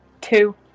two